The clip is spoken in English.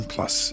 Plus